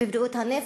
בבריאות הנפש,